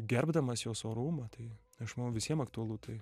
gerbdamas jos orumą tai aš manau visiem aktualu tai